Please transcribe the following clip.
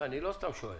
אני לא סתם שואל,